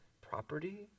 property